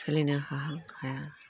सोलिनो हाहां हाया